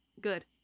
Good